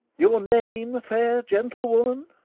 your name, fair gentlewoman?